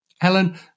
Helen